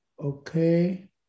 Okay